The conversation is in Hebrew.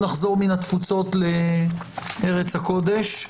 בואו נחזור מן התפוצות לארץ הקודש.